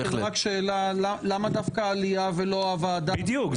רק שאלה: למה דווקא עלייה ולא הוועדה --- בדיוק.